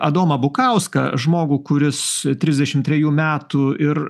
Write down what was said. adomą bukauską žmogų kuris trisdešimt trejų metų ir